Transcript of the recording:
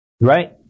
right